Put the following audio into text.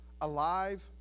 alive